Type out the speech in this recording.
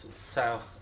south